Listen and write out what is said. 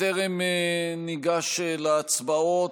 בטרם ניגש להצבעות,